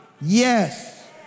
Yes